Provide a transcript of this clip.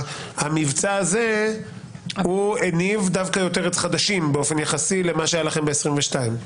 המבצע הזה הניב דווקא יותר חדשים באופן יחסי למה שהיה לכם ב-2022.